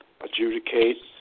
adjudicate